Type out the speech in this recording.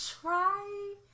try